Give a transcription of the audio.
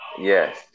Yes